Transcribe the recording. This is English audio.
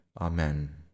Amen